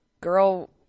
Girl